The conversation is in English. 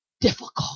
difficult